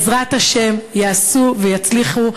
בעזרת השם יעשו ויצליחו,